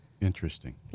Interesting